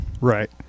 Right